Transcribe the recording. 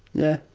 yeah